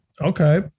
Okay